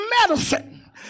medicine